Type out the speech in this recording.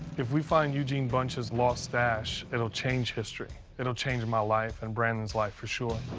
if we find eugene bunch's lost stash, it'll change history. it'll change my life and brandon's life for sure.